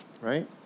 right